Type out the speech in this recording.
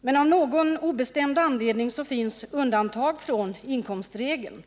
Men av någon obestämd anledning finns det undantag från inkomstregeln.